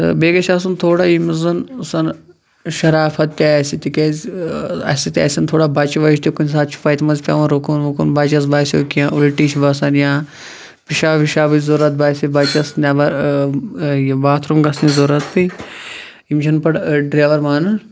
تہِ بیٚیہِ گَژھِ آسُن تھوڑا یٔمس زَن شَرافَت تہِ آسہِ تکیازِ اَسہِ سۭتۍ آسن تھوڑا بَچہِ وَچہِ تہِ کُنہِ ساتہٕ چھُ وَتہِ مَنٛز پیٚوان رُکُن وُکُن بَچَس باسیٚو کینٛہہ اُلٹی چھِ باسان یا پِشاب وِشابٕچ ضرورت باسے بَچَس نٮ۪بَر باتھ روٗم گَژھنٕچ ضرورت پیٚیہِ یِم چھِنہٕ پَتہِ أڑۍ ڈرَیوَر مانان